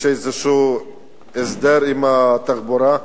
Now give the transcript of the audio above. יש איזה הסדר עם משרד התחבורה,